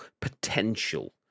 potential